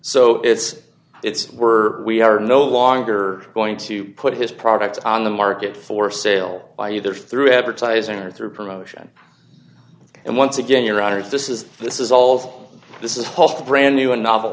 so it's it's we're we are no longer going to put his products on the market for sale by either through advertising or through promotion and once again your honor this is this is all of this is the brand new and novel